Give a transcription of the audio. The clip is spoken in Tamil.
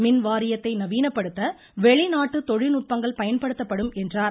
மின்வாரியத்தை நவீனப்படுத்த வெளிநாட்டு தொழில்நுட்பங்கள் பயன்படுத்தப்படும் என்றார்